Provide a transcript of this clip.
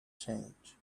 change